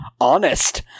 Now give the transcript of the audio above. honest